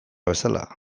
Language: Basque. bezala